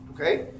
Okay